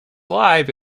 live